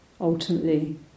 Ultimately